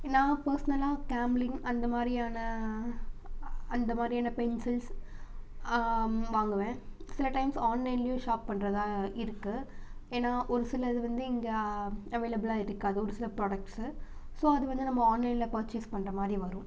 நான் பர்ஸ்னலாக கேம்லின் அந்த மாதிரியான அந்த மாதிரியான பென்சில்ஸ் வாங்குவேன் சில டைம்ஸ் ஆன்லைன்லேயும் ஷாப் பண்ணுறதா இருக்குது ஏன்னால் ஒரு சில இது வந்து இங்கே அவைலபிளாக இருக்காது ஒரு சில ப்ராடெக்ட்ஸு ஸோ அது வந்து நம்ம ஆன்லைனில் பர்சேஸ் பண்ணுற மாதிரி வரும்